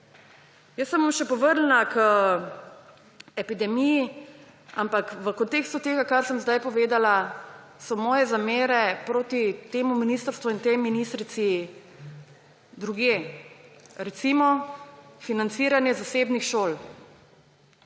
Jaz se bom še vrnila k epidemiji, ampak v kontekstu tega, kar sem zdaj povedala, so moje zamere proti temu ministrstvu in tej ministrici drugje. Recimo financiranje zasebnih šol.